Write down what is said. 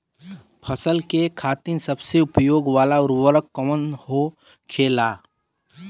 फसल के खातिन सबसे उपयोग वाला उर्वरक कवन होखेला?